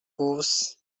goose